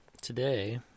today